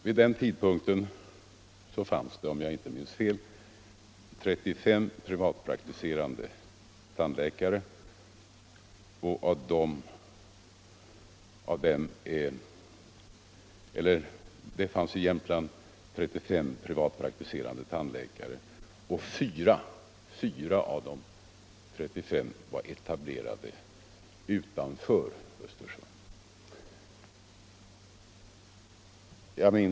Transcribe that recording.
Vid den tidpunkten fanns det, om jag inte minns fel, i Jämtland 35 privatpraktiserande tandläkare, men av dessa var bara fyra etablerade utanför Östersund.